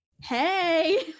hey